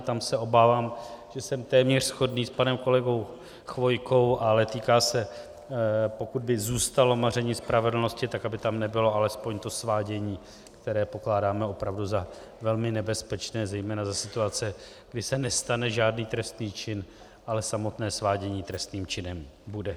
Tam se obávám, že jsem téměř shodný s panem kolegou Chvojkou, ale týká se, pokud by zůstalo maření spravedlnosti, tak aby tam nebylo alespoň to svádění, které pokládáme opravdu za velmi nebezpečné, zejména za situace, kdy se nestane žádný trestný čin, ale samotné svádění trestným činem bude.